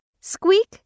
Squeak